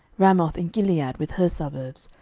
ramoth in gilead with her suburbs,